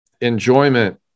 enjoyment